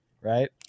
Right